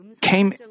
came